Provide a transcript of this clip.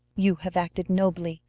you have acted nobly,